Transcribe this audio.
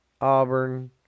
Auburn